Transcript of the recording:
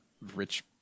rich